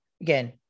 again